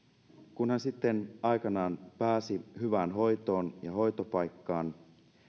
kun hän sitten aikanaan pääsi hyvään hoitoon ja hoitopaikkaan